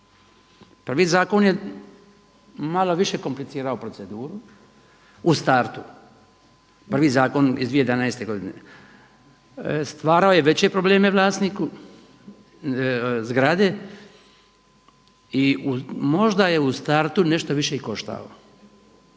Prvi zakon je malo više komplicirao proceduru u startu, prvi zakon iz 2011. godine. Stvarao je veće probleme vlasniku zgrade i možda je u startu nešto više i koštao.